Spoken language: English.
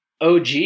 OG